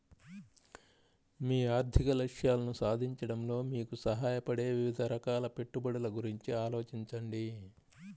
మీ ఆర్థిక లక్ష్యాలను సాధించడంలో మీకు సహాయపడే వివిధ రకాల పెట్టుబడుల గురించి ఆలోచించండి